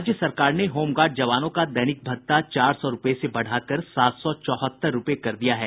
राज्य सरकार ने होम गार्ड जवानों का दैनिक भत्ता चार सौ रूपये से बढ़ा कर सात सौ चौहत्तर रूपये कर दिया है